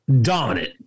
Dominant